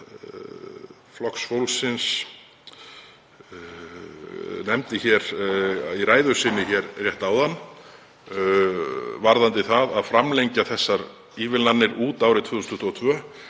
þm. Flokks fólksins nefndi í ræðu sinni hér rétt áðan varðandi það að framlengja þessar ívilnanir út árið 2022,